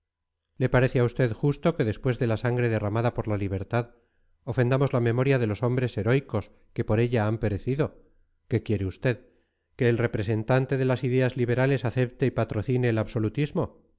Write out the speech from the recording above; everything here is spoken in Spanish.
le parece a usted justo que después de la sangre derramada por la libertad ofendamos la memoria de los hombres heroicos que por ella han perecido qué quiere usted que el representante de las ideas liberales acepte y patrocine el absolutismo